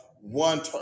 one